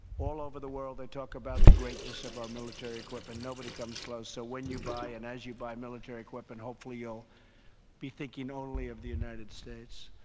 all over the world they talk about the greatness of our military equipment. nobody comes close. so when you buy and as you buy military equipment, hopefully you'll be thinking only of the united states.